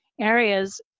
areas